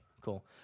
cool